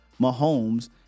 Mahomes